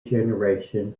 generation